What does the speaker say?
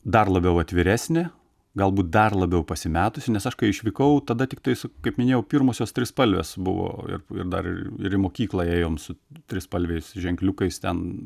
dar labiau atviresnė galbūt dar labiau pasimetusi nes aš kai išvykau tada tiktai su kaip minėjau pirmosios trispalvės buvo ir ir dar ir į mokyklą ėjom su trispalviais ženkliukais ten